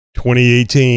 2018